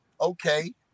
okay